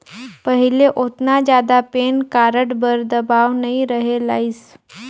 पहिले ओतना जादा पेन कारड बर दबाओ नइ रहें लाइस